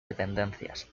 dependencias